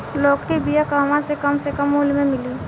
लौकी के बिया कहवा से कम से कम मूल्य मे मिली?